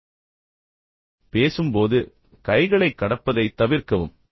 கைகளைக் கடப்பது மற்றும் எல்லா நேரத்திலும் பேசும்போது கைகளைக் கடப்பது மற்றும் பேசுவது